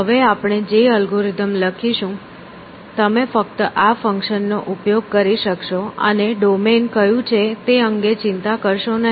હવે આપણે જે અલ્ગોરિધમ લખીશું તમે ફક્ત આ ફંક્શન નો ઉપયોગ કરી શકશો અને ડોમેન કયું છે તે અંગે ચિંતા કરશો નહીં